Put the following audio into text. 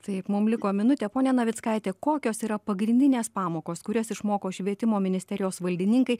taip mum liko minutė ponia navickaite kokios yra pagrindinės pamokos kurias išmoko švietimo ministerijos valdininkai